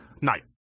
Night